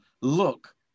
look